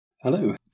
Hello